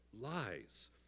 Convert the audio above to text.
lies